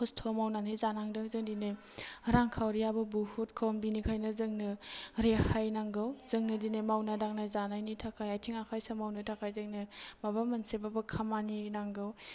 खस्थ' मावनानै जानांदों जों दिनै रांखावरियाबो बहुद खम बेनिखायनो जोंनो रेहाय नांगौ जोंनो दिनै मावनाय दांनाय जानायनि थाखाय आइथिं आखाइ सोमावनो थाखाय जोंनो माबा मोनसेबाबो खामानि नांगौ